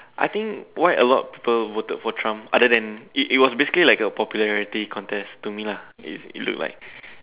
I think why a lot people voted for Trump other than it it was basically like a popularity contest to me lah